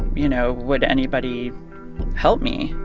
you know, would anybody help me?